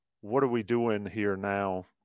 what-are-we-doing-here-now